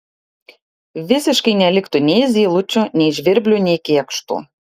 visiškai neliktų nei zylučių nei žvirblių nei kėkštų